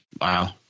Wow